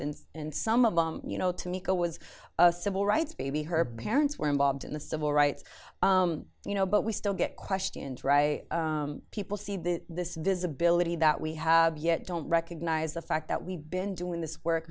and and some of you know to me go was a civil rights baby her parents were involved in the civil rights you know but we still get question and people see that this visibility that we have yet don't recognize the fact that we've been doing this work